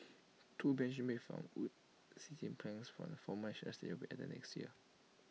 two benches made from wood seating planks from the former will be added next year